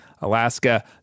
Alaska